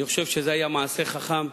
אני חושב שזה היה מעשה חכם,